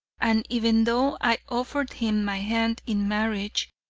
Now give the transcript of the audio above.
and even though i offered him my hand in marriage,